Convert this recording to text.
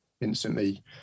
instantly